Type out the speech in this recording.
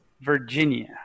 Virginia